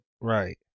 Right